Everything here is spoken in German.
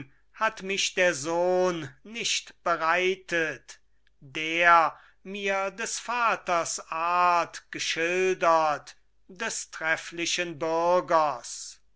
hat mich der sohn nicht bereitet der mir des vaters art geschildert des trefflichen bürgers